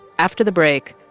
after the break,